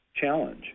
challenge